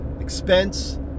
expense